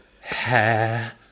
Hair